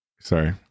sorry